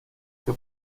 que